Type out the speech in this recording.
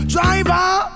Driver